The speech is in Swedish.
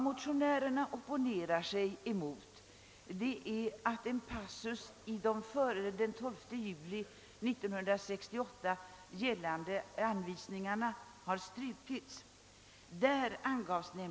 Motionärerna opponerar sig mot att en passus i de före den 12 juni 1968 gällande anvisningarna har strukits.